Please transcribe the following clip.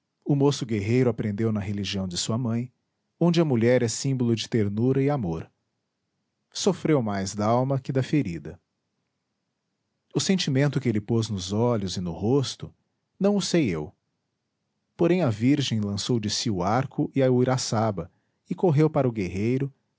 o moço guerreiro aprendeu na religião de sua mãe onde a mulher é símbolo de ternura e amor sofreu mais dalma que da ferida o sentimento que ele pôs nos olhos e no rosto não o sei eu porém a virgem lançou de si o arco e a uiraçaba e correu para o guerreiro